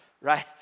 right